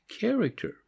character